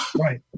Right